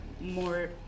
more